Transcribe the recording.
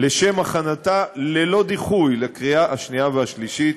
לשם הכנתה ללא דיחוי לקריאה שנייה ושלישית.